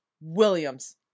Williams